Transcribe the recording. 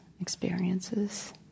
experiences